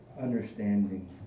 understanding